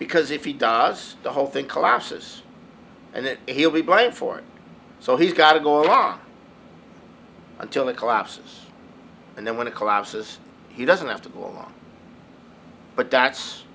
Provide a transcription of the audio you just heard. because if he does the whole thing collapses and that he'll be blamed for it so he's got to go along until it collapses and then when it collapses he doesn't have to go on but that's